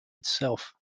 itself